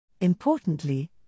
Importantly